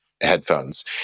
headphones